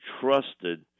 trusted